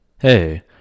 Hey